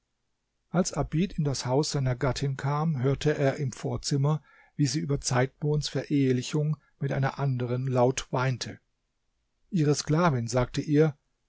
als abid in das haus seiner gattin kam hörte er im vorzimmer wie sie über zeitmonds verehelichung mit einer anderen laut weinte ihre sklavin sagte ihr